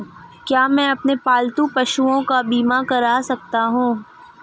क्या मैं अपने पालतू पशुओं का बीमा करवा सकता हूं?